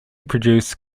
produce